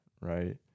right